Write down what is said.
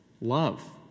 love